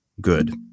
good